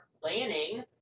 planning